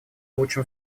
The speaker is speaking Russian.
лучшем